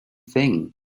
thing